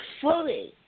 fully